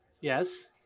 Yes